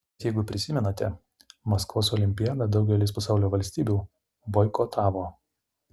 bet jeigu prisimenate maskvos olimpiadą daugelis pasaulio valstybių boikotavo